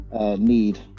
need